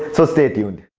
so stay tuned.